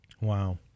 Wow